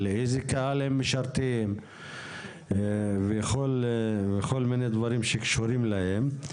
את איזה קהל הם משרתים וכל מיני דברים שקשורים להם.